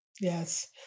yes